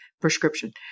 prescription